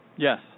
Yes